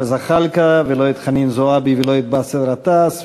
זחאלקה ולא את חנין זועבי ולא באסל גטאס,